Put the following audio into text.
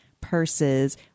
Purses